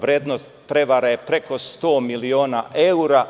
Vrednost prevare je preko 100 miliona evra.